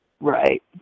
Right